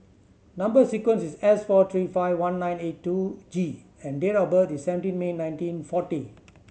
number sequence is S four three five one nine eight two G and date of birth is seventeen May nineteen forty